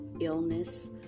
illness